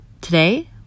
Today